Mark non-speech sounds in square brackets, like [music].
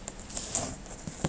[noise]